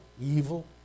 evil